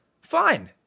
fine